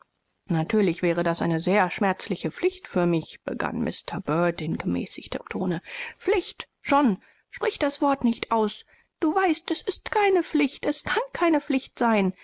natürlich eine sehr unangenehme pflicht für mich sein begann mr bird in gemäßigtem tone pflicht john gebrauche nicht diesen ausdruck du weißt es ist keine pflicht es kann keine pflicht sein